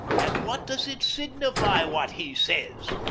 and what does it signify what he says?